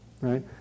right